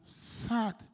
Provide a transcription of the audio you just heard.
sad